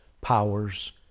powers